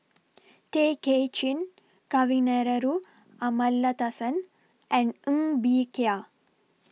Tay Kay Chin Kavignareru Amallathasan and Ng Bee Kia